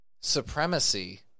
supremacy